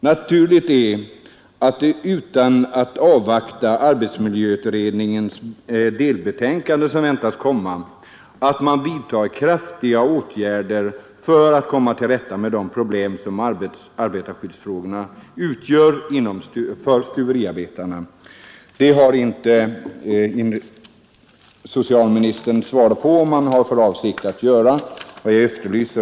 Naturligt är att man, utan att avvakta arbetsmiljöutredningens delbetänkande, som väntas komma, vidtar kraftiga åtgärder för att komma till rätta med de stora problem som arbetarskyddsfrågorna utgör för stuveriarbetarna. Socialministern har inte svarat på den frågan, varför jag efterlyser om han har för avsikt att vidta sådana åtgärder Herr talman! Jag vill hänvisa till mitt svar.